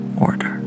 order